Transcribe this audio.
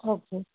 okay